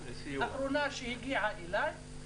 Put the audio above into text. אחרונה שהגיעה אלי,